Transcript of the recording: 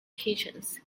kitchens